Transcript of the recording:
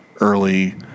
early